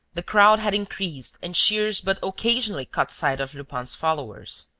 the crowd had increased and shears but occasionally caught sight of lupin's followers.